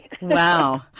Wow